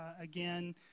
again